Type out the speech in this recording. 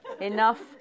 enough